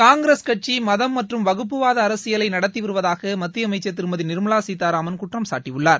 காங்கிரஸ் கட்சி மதம் மற்றும் வகுப்புவாத அரசியலை நடத்தி வருவதாக மத்திய அமைச்சர் திருமதி நிர்மலா சீதாராமன் குற்றம் சாட்டியுள்ளார்